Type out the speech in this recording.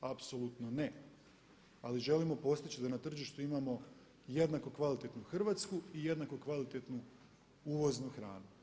Apsolutno ne, ali želimo postići da na tržištu imamo jednako kvalitetnu Hrvatsku i jednako kvalitetnu uvoznu hranu.